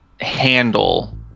handle